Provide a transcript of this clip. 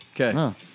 Okay